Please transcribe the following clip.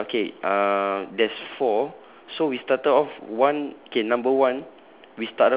let me check with you ah okay uh there's four so we started off one okay number one